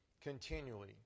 continually